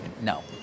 No